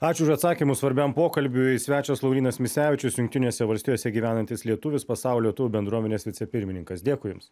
ačiū už atsakymus svarbiam pokalbiui svečias laurynas misevičius jungtinėse valstijose gyvenantis lietuvis pasaulio lietuvių bendruomenės vicepirmininkas dėkui jums